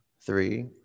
three